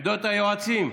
עמדות היועצים.